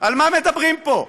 על מה מדברים פה,